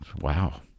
Wow